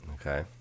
Okay